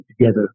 together